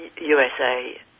usa